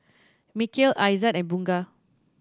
Mikhail Aizat and Bunga